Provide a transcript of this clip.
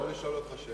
אפשר לשאול אותך שאלה?